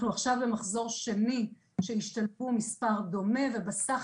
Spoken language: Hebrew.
אנחנו עכשיו במזור שני שבו השתלבו מספר דומה של נשים ובסך